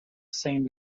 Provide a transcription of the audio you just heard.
zein